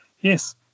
yes